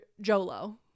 jolo